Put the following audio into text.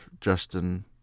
Justin